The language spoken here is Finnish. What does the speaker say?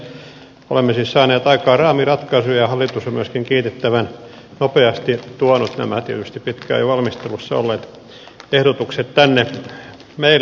olemme siis saaneet aikaan raamiratkaisun ja hallitus on myöskin kiitettävän nopeasti tuonut nämä tietysti pitkään jo valmistelussa olleet ehdotukset tänne meille